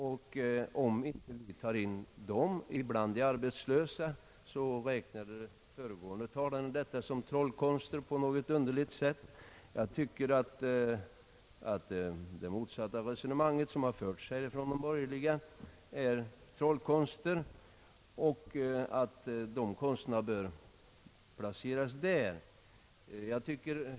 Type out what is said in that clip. Om vi inte tar in dessa bland de arbetslösa anser den föregående talaren detta vara någon form av trollkonster. Jag tycker att det motsatta resonemanget som har förts här från de borgerligas sida är trollkonster.